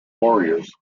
warriors